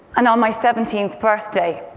and on my seventeenth birthday,